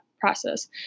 process